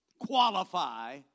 qualify